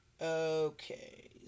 okay